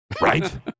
right